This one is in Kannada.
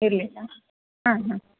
ಇರಲಿಲ್ಲ ಹಾಂ ಹಾಂ